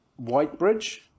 Whitebridge